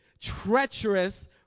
treacherous